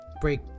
break